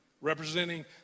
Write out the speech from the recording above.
representing